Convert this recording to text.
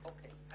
אוקיי,